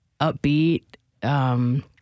upbeat